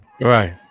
right